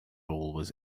was